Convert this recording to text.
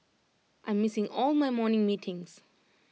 I'm missing all my morning meetings